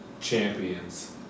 Champions